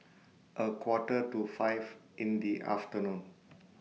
A Quarter to five in The afternoon